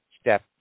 step